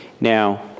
Now